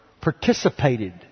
participated